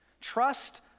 Trust